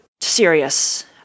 serious